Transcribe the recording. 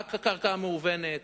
רק הקרקע המהוונת,